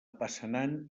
passanant